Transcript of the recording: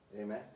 amen